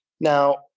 Now